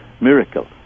miracle